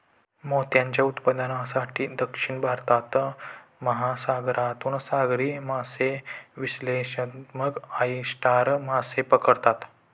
मोत्यांच्या उत्पादनासाठी, दक्षिण भारतात, महासागरातून सागरी मासेविशेषज्ञ ऑयस्टर मासे पकडतात